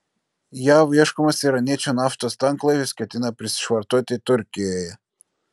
jav ieškomas iraniečių naftos tanklaivis ketina prisišvartuoti turkijoje